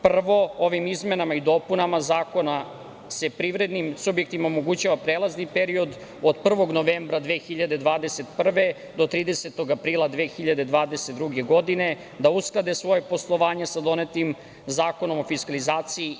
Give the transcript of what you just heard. Prvo, ovim izmenama i dopunama zakona se privrednim subjektima omogućava prelazni period od 1. novembra 2021. do 30. aprila 2022. godine, da usklade svoje poslovanje sa donetim Zakonom o fiskalizaciji.